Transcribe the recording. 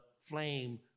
flame